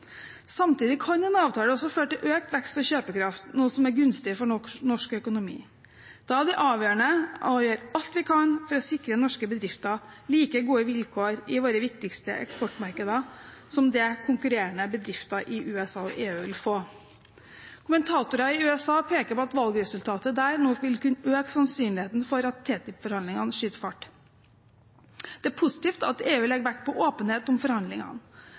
Samtidig kan en avtale også føre til økt vekst og kjøpekraft, noe som er gunstig for norsk økonomi. Da er det avgjørende å gjøre alt vi kan for å sikre norske bedrifter like gode vilkår i våre viktigste eksportmarkeder som det konkurrerende bedrifter i USA og EU vil få. Kommentatorer i USA peker på at valgresultatet der nå vil kunne øke sannsynligheten for at TTIP-forhandlingene skyter fart. Det er positivt at EU legger vekt på åpenhet om forhandlingene.